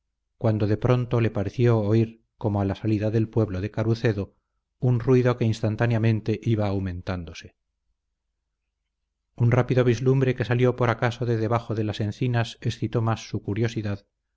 cuando de pronto le pareció oír como a la salida del pueblo de carucedo un ruido que instantáneamente iba aumentándose un rápido vislumbre que salió por acaso de debajo de las encinas excitó más su curiosidad